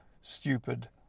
stupid